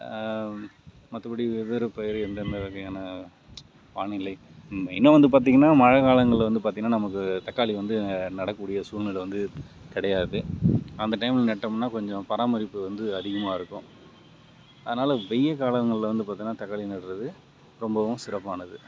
மற்றபடி வெவ்வேறு பயிர் எந்த எந்த வகையான வானிலை மெயினாக வந்து பார்த்திங்கன்னா மழை காலங்களில் வந்து பார்த்திங்கன்னா நமக்கு தக்காளி வந்து நடக்கூடிய சூழ்நிலை வந்து கிடையாது அந்த டைமில் நட்டோம்னா கொஞ்சம் பராமரிப்பு வந்து அதிகமாக இருக்கும் அதனால் வெய்ய காலங்களில் வந்து பார்த்தன்னா தக்காளி நடுவது ரொம்பவும் சிறப்பானது